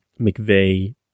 McVeigh